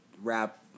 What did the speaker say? rap